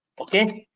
okay,